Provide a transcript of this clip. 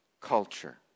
culture